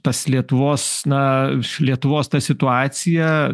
tas lietuvos na lietuvos ta situacija